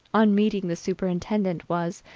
on meeting the superintendent, was,